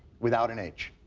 without an h.